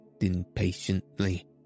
impatiently